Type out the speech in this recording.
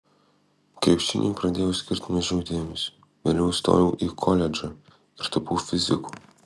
krepšiniui pradėjau skirti mažiau dėmesio vėliau įstojau į koledžą ir tapau fiziku